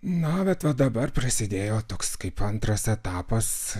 na bet va dabar prasidėjo toks kaip antras etapas